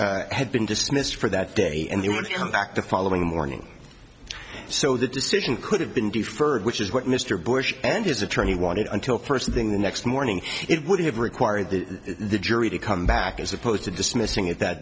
was had been dismissed for that day and they would come back the following morning so the decision could have been deferred which is what mr bush and his attorney wanted until first thing the next morning it would have required that the jury to come back as opposed to dismissing it that